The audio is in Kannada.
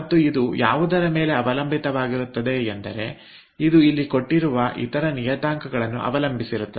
ಮತ್ತು ಇದು ಯಾವುದರ ಮೇಲೆ ಅವಲಂಬಿತವಾಗಿರುತ್ತದೆ ಎಂದರೆ ಇದು ಇಲ್ಲಿ ಕೊಟ್ಟಿರುವ ಇತರ ನಿಯತಾಂಕಗಳನ್ನು ಅವಲಂಬಿಸಿರುತ್ತದೆ